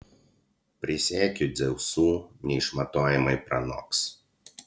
prisiekiu dzeusu neišmatuojamai pranoks